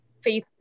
faith